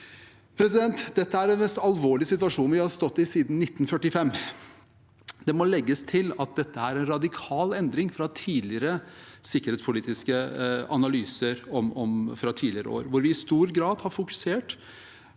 seg selv. Dette er den mest alvorlige situasjonen vi har stått i siden 1945. Det må legges til at dette er en radikal endring fra sikkerhetspolitiske analyser fra tidligere år, hvor vi i stor grad har fokusert